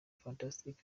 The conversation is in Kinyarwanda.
fantastic